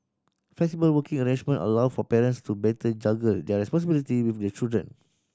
flexible working arrangement allowed for parents to better juggle their responsibility with their children